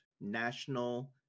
national